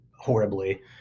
horribly